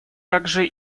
также